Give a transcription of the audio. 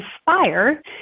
inspire